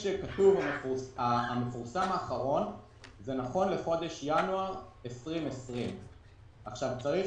כשכתוב "המפורסם האחרון " זה נכון לינואר 2020. צריך